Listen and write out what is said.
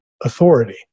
authority